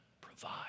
provide